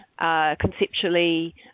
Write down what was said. Conceptually